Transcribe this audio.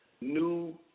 New